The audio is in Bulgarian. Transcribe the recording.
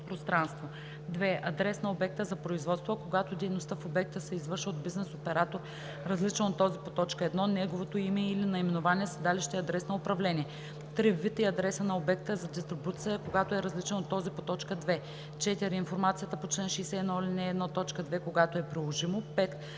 2. адрес на обекта за производство, а когато дейността в обекта се извършва от бизнес оператор, различен от този по т. 1 – неговото име или наименование, седалище и адрес на управление; 3. вид и адрес на обекта за дистрибуция, когато е различен от този по т. 2; 4. информацията по чл. 61, ал. 1, т. 2 – когато е приложимо;